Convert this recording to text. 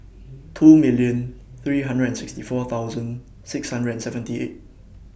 two million three hundred and sixty four thousand six hundred and seventy eight